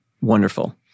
wonderful